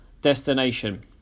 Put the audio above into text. destination